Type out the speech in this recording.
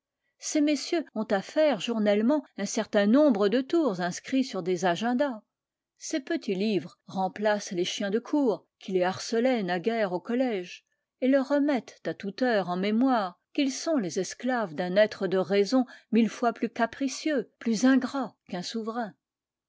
ces messieurs ont à faire journellement un certain nombre de tours inscrits sur des agendas ces petits livres remplacent les chiens de cour qui les harcelaient naguère au collège et leur remettent à toute heure en mémoire qu'ils sont les esclaves d'un être de raison mille fois plus capricieux plus ingrat qu'un souverain